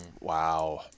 Wow